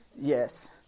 yes